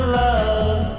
love